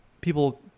people